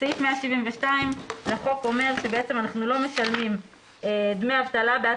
סעיף 172 לחוק אומר שבעצם אנחנו לא משלמים דמי אבטלה בעד